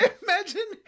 imagine